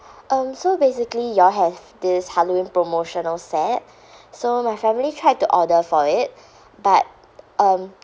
um so basically you all have this halloween promotional set so my family tried to order for it but um